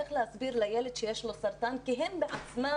איך להסביר לילד שיש לו סרטן כי הם בעצמם